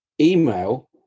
email